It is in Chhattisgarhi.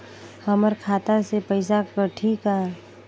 हमर खाता से पइसा कठी का?